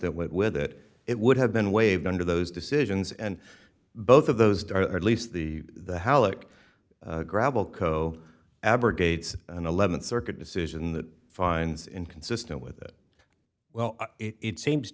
that went with it it would have been waived under those decisions and both of those darn at least the heloc gravel co abrogates an th circuit decision that finds inconsistent with it well it seems